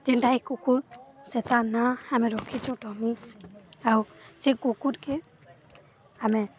ଯେମିତି ଏ କୁକୁର ସେ ତା ନା ଆମେ ରଖିଛୁ ଟମି ଆଉ ସେ କୁକୁରକୁ ଆମେ